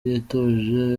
yatoje